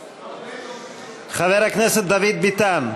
חבר הכנסת דוד ביטן,